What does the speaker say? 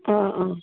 অঁ অঁ